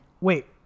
Wait